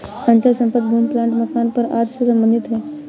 अचल संपत्ति भूमि प्लाट मकान घर आदि से सम्बंधित है